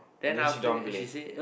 then she don't want to play